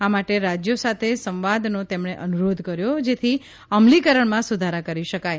આ માટે રાજ્યો સાથે સંવાદનો તેમણે અનુરોધ કર્યો જેથી અમલીકરણમાં સુધારા કરી શકાય